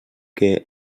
que